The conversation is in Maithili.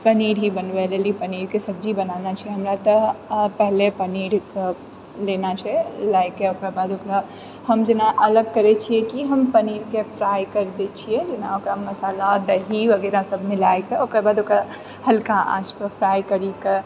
पनीर ही बनबै लेल कि पनीरके सब्जी बनाना छै हमरा तऽ पहिले पनीरके लेना छै लएके ओकरा बाद ओकरा हम जेना अलग करैत छिऐ कि हम पनीरके फ्राइ करि दए छिऐ जेना ओकरा मसाला दही वगैरह सब मिलाएके ओकर बाद ओकरा हल्का आँच पर फ्राइ करिके